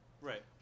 Right